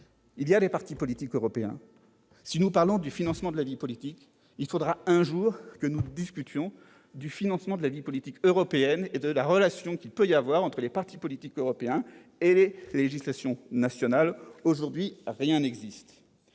des partis politiques européens. Nous parlons du financement de la vie politique ; il faudra bien, un jour, que nous discutions du financement de la vie politique européenne et de la relation entre les partis politiques européens et les législations nationales. Aujourd'hui, en la